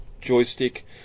joystick